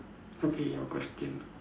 okay your question